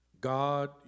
God